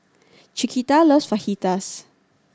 Chiquita loves Fajitas